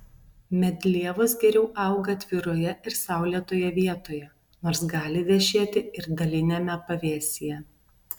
medlievos geriau auga atviroje ir saulėtoje vietoje nors gali vešėti ir daliniame pavėsyje